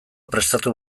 prestatu